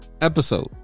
episode